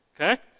okay